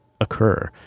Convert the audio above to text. occur